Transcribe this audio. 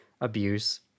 abuse